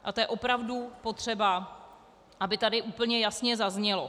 A to je opravdu potřeba, aby tady úplně jasně zaznělo.